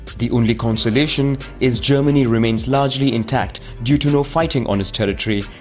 the only consolation is germany remains largely intact due to no fighting on its territory,